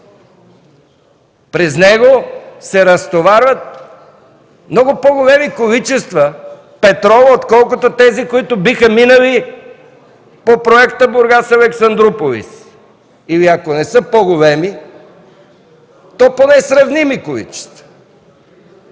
среда, се разтоварват много по-големи количества петрол, отколкото тези, които биха минали по проекта „Бургас – Александруполис” или ако не са по-големи, то поне са сравними количества.